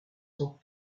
sont